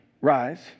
rise